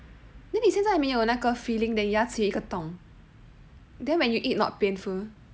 then 你现在没有那个 filling 你的牙齿一个洞 then when you eat not pain